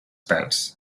pèls